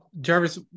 Jarvis